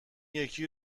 یکی